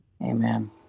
Amen